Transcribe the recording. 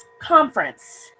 conference